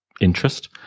interest